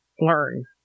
learn